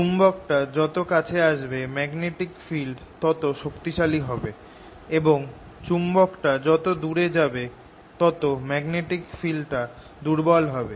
চুম্বকটা যত কাছে আসবে ম্যাগনেটিক ফিল্ডটা তত শক্তিশালি হবে এবং চুম্বকটা যত দুরে যাবে ম্যাগনেটিক ফিল্ডটা তত দুর্বল হবে